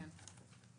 כן,